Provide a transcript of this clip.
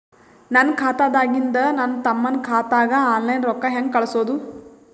ನನ್ನ ಖಾತಾದಾಗಿಂದ ನನ್ನ ತಮ್ಮನ ಖಾತಾಗ ಆನ್ಲೈನ್ ರೊಕ್ಕ ಹೇಂಗ ಕಳಸೋದು?